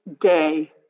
day